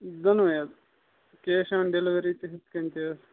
دۄنوٕے حظ cash on delivery تہِ ہُتھ کٔنۍ تہِ حظ